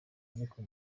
ariko